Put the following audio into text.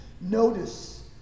Notice